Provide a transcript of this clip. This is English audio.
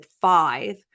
five